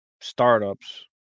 startups